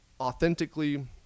authentically